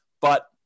but-